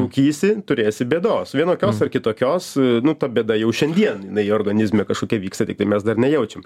rūkysi turėsi bėdos vienokios ar kitokios nu ta bėda jau šiandien jinai organizme kažkokia vyksta tiktai mes dar nejaučiam